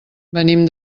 venim